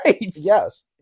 Yes